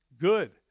Good